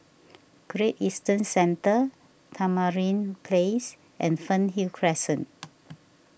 Great Eastern Centre Tamarind Place and Fernhill Crescent